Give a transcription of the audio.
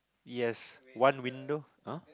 yes one window